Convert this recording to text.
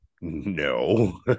No